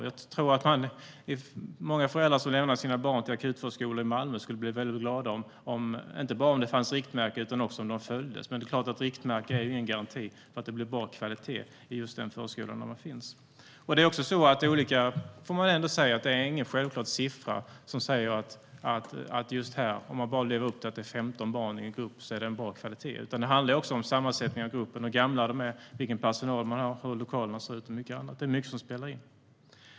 Jag tror att många föräldrar som lämnar sina barn till akutförskolor i Malmö skulle bli glada om det inte bara fanns riktmärken utan också om de följdes. Men det är klart att riktmärken inte är någon garanti för att det blir bra kvalitet i just den förskola där man finns. Man får också säga att det inte finns någon självklar siffra som säger att gränsen går just här. Det är inte så att om man bara lever upp till att det är 15 barn i en grupp är det bra kvalitet. Det handlar också om sammansättningen av gruppen, hur gamla barnen är, vilken personal man har, hur lokalerna ser ut och mycket annat. Det är mycket som spelar in.